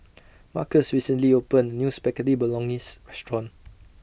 Markus recently opened A New Spaghetti Bolognese Restaurant